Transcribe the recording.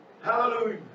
Hallelujah